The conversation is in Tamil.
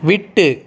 விட்டு